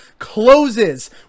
closes